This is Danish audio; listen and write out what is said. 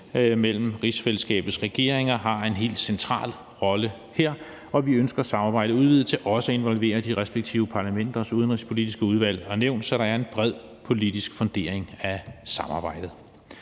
mellem rigsfællesskabets regeringer har en helt central rolle her, og vi ønsker samarbejdet udvidet til også at involvere de respektive parlamenters udenrigspolitiske udvalg og nævn, så der er en bred politisk fundering af samarbejdet.